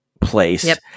place